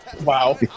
Wow